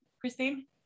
Christine